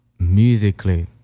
musically